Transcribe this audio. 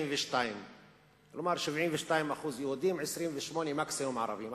כלומר 72% יהודים ומקסימום 28% ערבים.